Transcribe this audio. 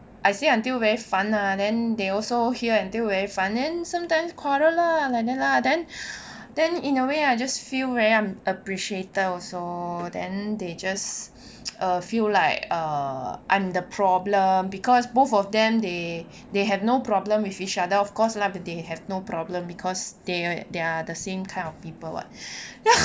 I say until very 烦 lah then they also hear until very 烦 then sometimes quarrel lah then then in a way I just feel very unappreciated also then they just a few like err I'm the problem because both of them they they have no problem with each other of course lah if they have no problem because they they are the same kind of people [what]